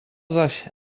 zaś